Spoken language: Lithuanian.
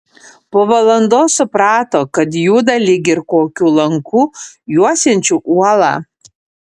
po valandos suprato kad juda lyg ir kokiu lanku juosiančiu uolą